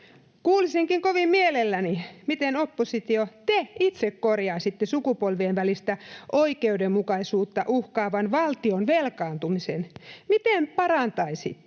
Kuulisinkin kovin mielelläni, miten, oppositio, te itse korjaisitte sukupolvien välistä oikeudenmukaisuutta uhkaavan valtion velkaantumisen, miten parantaisitte